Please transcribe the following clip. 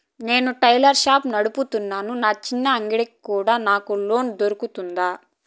నేను tailor shop నడుపుతున్నాను, నా చిన్న అంగడి కి కూడా నాకు లోను దొరుకుతుందా?